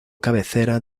cabecera